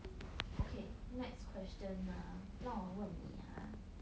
okay next question 那让我问你 !huh!